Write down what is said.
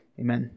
Amen